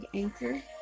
Anchor